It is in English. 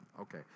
Okay